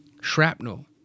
Shrapnel